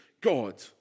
God